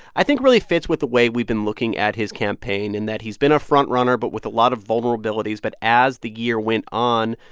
i think really fits with the way we've been looking at his campaign in that he's been a front runner but with a lot of vulnerabilities. but as the year went on,